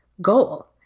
goal